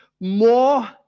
more